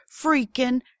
freaking